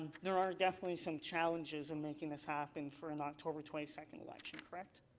there are definitely so challenges in making this happen for an october twenty second election, correct,